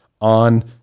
on